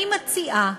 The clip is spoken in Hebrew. אני מציעה